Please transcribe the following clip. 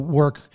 work